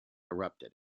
erupted